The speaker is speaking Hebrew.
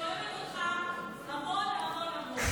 אני אוהבת אותך המון המון.